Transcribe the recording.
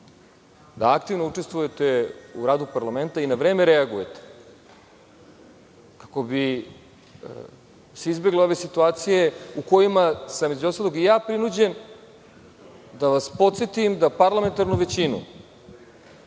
da aktivno učestvujete u radu parlamenta i da na vreme reagujete kako bi se izbegle ove situacije u kojima sam, između ostalog, i ja prinuđen da vas podsetim da parlamentarnu većinu